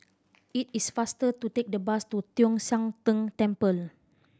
it is faster to take the bus to Tong Sian Tng Temple